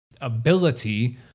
ability